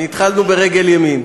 התחלנו ברגל ימין.